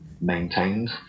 maintained